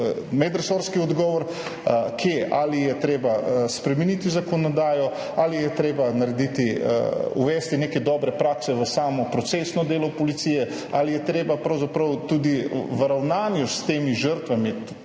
medresorski odgovor, kje, ali je treba spremeniti zakonodajo, ali je treba narediti, uvesti neke dobre prakse v samo procesno delo policije, ali je treba pravzaprav tudi v ravnanju s temi žrtvami,